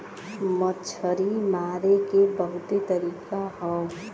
मछरी मारे के बहुते तरीका हौ